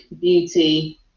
Beauty